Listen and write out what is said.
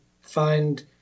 find